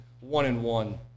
one-in-one